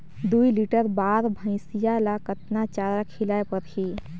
दुई लीटर बार भइंसिया ला कतना चारा खिलाय परही?